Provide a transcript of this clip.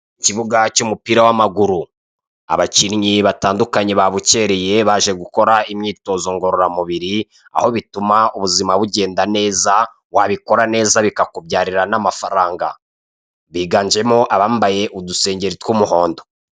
Ikibuga cy'umupira w'amaguru abakinnyi batandukanye babukereye baje gukora imyitozo ngorora mubiri aho bituma ubuzima bugenda neza wabikora neza bikakubyarira n'amafaranga biganjemo abambaye udusengeri tw'umuhondo.